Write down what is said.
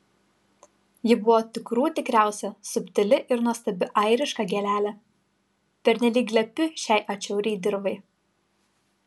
ji buvo tikrų tikriausia subtili ir nuostabi airiška gėlelė pernelyg lepi šiai atšiauriai dirvai